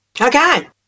Okay